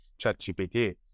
ChatGPT